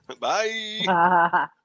Bye